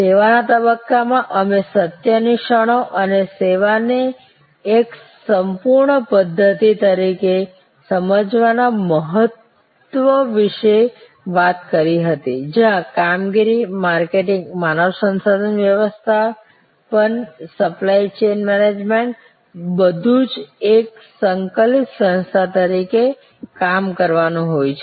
સેવાના તબક્કામાં અમે સત્યની ક્ષણો અને સેવાને એક સંપૂર્ણ પદ્ધત્તિ તરીકે સમજવાના મહત્વ વિશે વાત કરી હતી જ્યાં કામગીરી માર્કેટિંગ માનવ સંસાધન વ્યવસ્થાપન સપ્લાય ચેઇન મેનેજમેન્ટ બધું જ એક સંકલિત સંસ્થા તરીકે કામ કરવાનું હોય છે